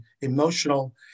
emotional